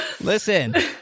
Listen